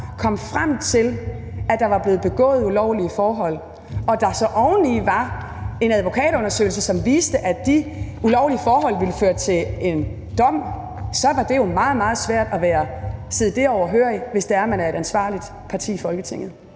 kom frem til, der var blevet begået ulovlige forhold, og at der så oveni var en advokatundersøgelse, som viste, at de ulovlige forhold ville føre til en dom, så var det jo meget, meget svært at sidde overhørigt, hvis man er et ansvarligt parti i Folketinget.